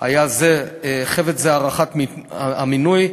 בהארכת המינוי,